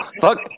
Fuck